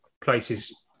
places